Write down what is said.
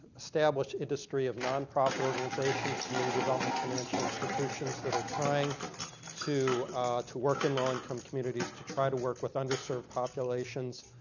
established industry of nonprofit organizations, community developments, financial institution that are trying to to work in low-income communities to try to work with underserved populations,